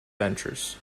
ventures